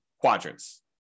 quadrants